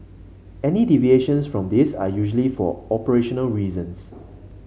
any deviations from these are usually for operational reasons